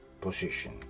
position